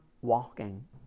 walking